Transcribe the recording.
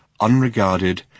unregarded